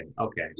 okay